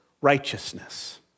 righteousness